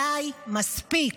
די, מספיק.